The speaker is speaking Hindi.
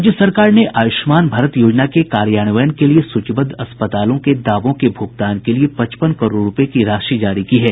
राज्य सरकार ने आयूष्मान भारत योजना के कार्यान्वयन के लिये सूचीबद्ध अस्पतालों के दावों के भुगतान के लिये पचपन करोड़ रूपये की राशि जारी की है